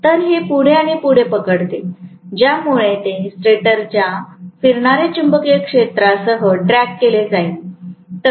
तर हे पुढे आणि पुढे पकडते ज्यामुळे ते स्टेटरच्या फिरणारे चुंबकीय क्षेत्रासह ड्रॅग केले जाईल